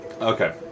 Okay